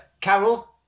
Carol